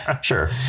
sure